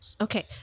Okay